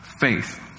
Faith